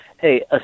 Hey